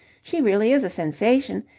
she really is a sensation.